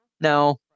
No